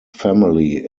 family